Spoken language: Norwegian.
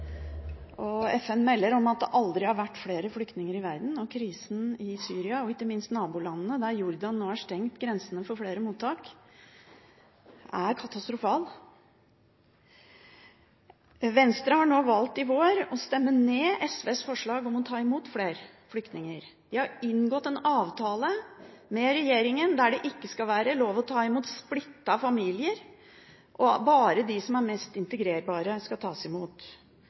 og FN melder om at det aldri har vært flere flyktninger i verden. Krisen i Syria, og ikke minst i nabolandene, der Jordan nå har stengt grensene for flere mottak, er katastrofal. Venstre har nå i vår valgt å stemme ned Sosialistisk Venstrepartis forslag om å ta imot flere flyktninger. Venstre har inngått en avtale med regjeringen der det ikke skal være lov å ta imot splittede familier, bare de som er mest integrerbare skal tas imot.